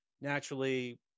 naturally